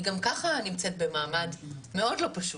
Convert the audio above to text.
היא גם ככה נמצאת במעמד מאוד לא פשוט,